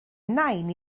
nain